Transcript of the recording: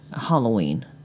Halloween